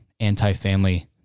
anti-family